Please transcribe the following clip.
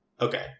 Okay